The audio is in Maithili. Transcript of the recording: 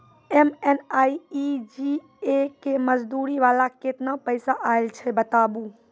एम.एन.आर.ई.जी.ए के मज़दूरी वाला केतना पैसा आयल छै बताबू?